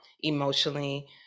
emotionally